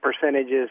percentages